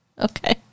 Okay